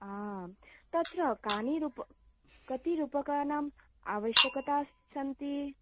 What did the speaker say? आं तत्र कानि रूप् कति रूप्यकाणाम् आवश्यकता अ सन्ति